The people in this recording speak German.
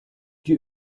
die